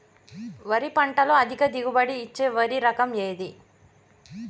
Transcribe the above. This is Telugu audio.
వరి పంట లో అధిక దిగుబడి ఇచ్చే వరి రకం ఏది?